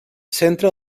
centra